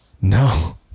No